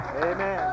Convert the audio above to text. Amen